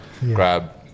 grab